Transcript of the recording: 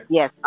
Yes